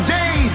day